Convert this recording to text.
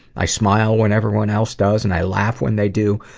i smile when everyone else does, and i laugh when they do,